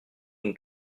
une